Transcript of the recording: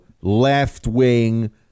left-wing